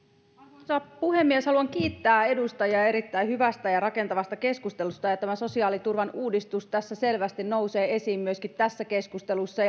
arvoisa puhemies haluan kiittää edustajia erittäin hyvästä ja rakentavasta keskustelusta sosiaaliturvan uudistus selvästi nousee esiin myöskin tässä keskustelussa